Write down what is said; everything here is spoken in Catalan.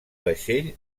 vaixell